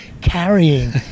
carrying